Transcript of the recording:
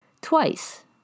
Twice